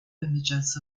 images